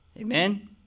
Amen